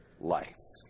lives